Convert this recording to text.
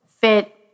fit